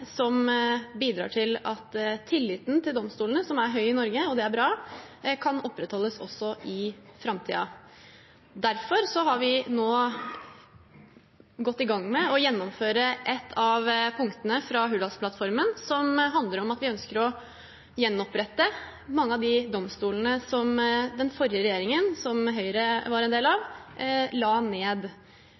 som bidrar til at tilliten til domstolene – som er høy i Norge, og det er bra – kan opprettholdes også i framtiden. Derfor har vi nå gått i gang med å gjennomføre et av punktene fra Hurdalsplattformen, som handler om at vi ønsker å gjenopprette mange av de domstolene den forrige regjeringen, som Høyre var en del av, la ned.